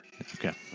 Okay